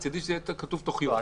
מצדי שיהיה כתוב תוך יום.